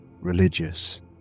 religious